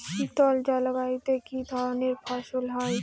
শীতল জলবায়ুতে কি ধরনের ফসল হয়?